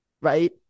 Right